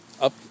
up